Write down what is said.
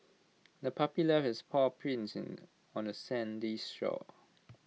the puppy left its paw prints on the sandy shore